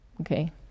okay